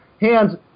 hands